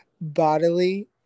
bodily